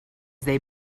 they